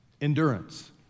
Endurance